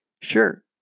Sure